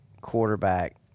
quarterback